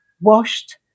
washed